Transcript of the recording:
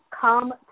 come